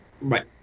Right